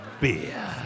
beer